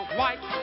White